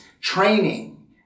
training